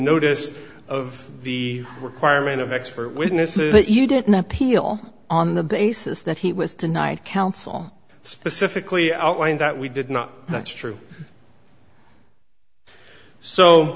notice of the requirement of expert witnesses that you didn't appeal on the basis that he was denied counsel specifically outlined that we did not that's true